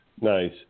Nice